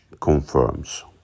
confirms